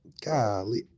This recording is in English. Golly